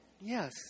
Yes